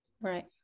Right